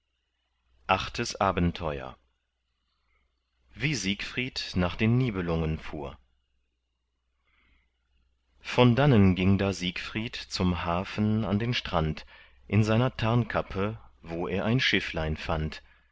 achtes abenteuer wie siegfried nach den nibelungen fuhr von dannen ging da siegfried zum hafen an den strand in seiner tarnkappe wo er ein schifflein fand